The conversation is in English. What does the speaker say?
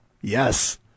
Yes